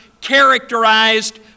characterized